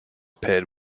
paired